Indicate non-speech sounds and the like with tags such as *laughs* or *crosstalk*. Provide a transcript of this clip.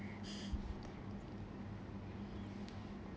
*laughs*